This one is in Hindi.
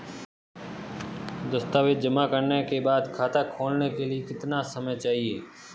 दस्तावेज़ जमा करने के बाद खाता खोलने के लिए कितना समय चाहिए?